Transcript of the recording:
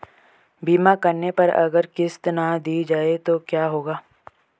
बीमा करने पर अगर किश्त ना दी जाये तो क्या होगा?